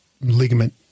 ligament